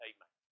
Amen